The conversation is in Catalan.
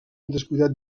descuidat